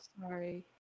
sorry